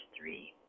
three